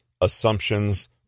assumptions